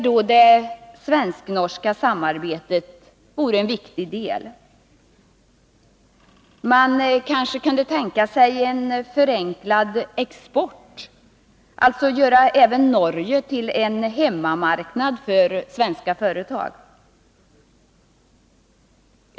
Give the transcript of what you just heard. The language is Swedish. Det svensk-norska samarbetet skulle i det sammanhanget utgöra en viktig del. Man kanske kunde tänka sig en förenklad export, alltså göra även Norge till en hemmamarknad för svenska företag.